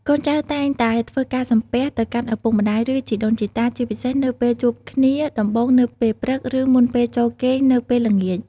កូនចៅតែងតែធ្វើការសំពះ ទៅកាន់ឪពុកម្តាយ ឬជីដូនជីតា ជាពិសេសនៅពេលជួបគ្នាដំបូងនៅពេលព្រឹក ឬមុនពេលចូលគេងនៅពេលល្ងាច។